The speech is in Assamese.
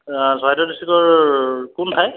চৰাইদেউ ডিষ্ট্ৰিক্টৰ কোন ঠাই